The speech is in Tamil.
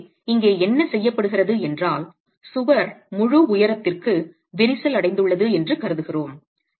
எனவே இங்கே என்ன செய்யப்படுகிறது என்றால் சுவர் முழு உயரத்திற்கு விரிசல் அடைந்துள்ளது என்று கருதுகிறோம்